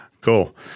Cool